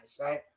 right